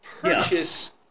purchase